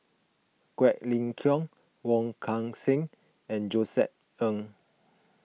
Quek Ling Kiong Wong Kan Seng and Josef Ng